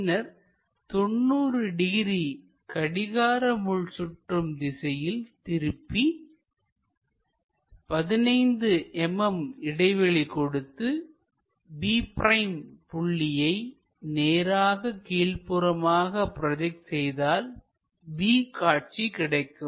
பின்னர் 90 டிகிரி கடிகார முள் சுற்றும் திசையில் திருப்பி 15 mm இடைவெளி கொடுத்து b' புள்ளியை நேராக கீழ்ப்புறமாக ப்ரோஜெக்ட் செய்தால் b காட்சி கிடைக்கும்